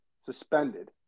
suspended